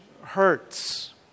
hurts